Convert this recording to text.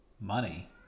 money